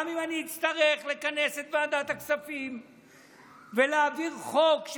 גם אם אני אצטרך לכנס את ועדת הכספים ולהעביר חוק.